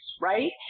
Right